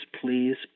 please